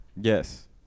Yes